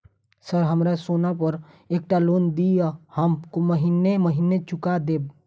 Sir हमरा सोना पर एकटा लोन दिऽ हम महीने महीने चुका देब?